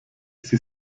sie